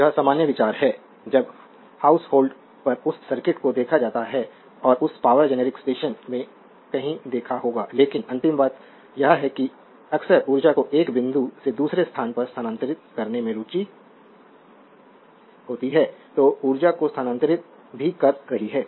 यह सामान्य विचार है जब हाउस होल्ड पर उस सर्किट को देखा जाता है और उस पावर जेनेरिक स्टेशन में कहीं देखा होगा लेकिन अंतिम बात यह है कि अक्सर ऊर्जा को एक बिंदु से दूसरे स्थान पर स्थानांतरित करने में रुचि होती है जो ऊर्जा को स्थानांतरित भी कर रही है